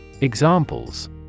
Examples